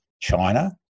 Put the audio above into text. China